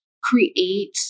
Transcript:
create